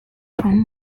from